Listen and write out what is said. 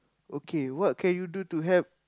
okay what can you do to help